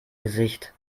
gesicht